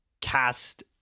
cast